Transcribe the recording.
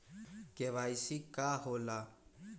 KYC का होला?